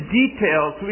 details